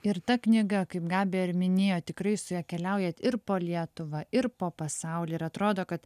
ir ta knyga kaip gabija ir minėjo tikrai su ja keliaujat ir po lietuvą ir po pasaulį ir atrodo kad